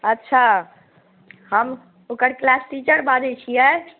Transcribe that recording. अच्छा हम ओकर क्लास टीचर बाजै छियै